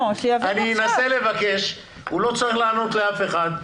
אני אנסה לבקש הוא לא צריך לענות לאף אחד,